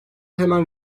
hemen